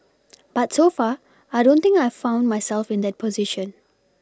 but so far I don't think I've found myself in that position